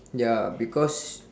ya because